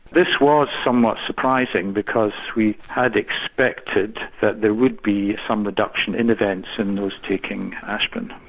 this was somewhat surprising because we had expected that there would be some reduction in events in those taking aspirin.